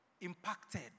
impacted